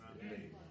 Amen